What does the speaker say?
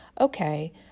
Okay